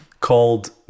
called